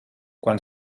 quan